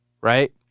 Right